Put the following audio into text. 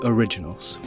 Originals